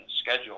schedule